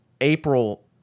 April